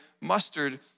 mustard